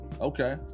okay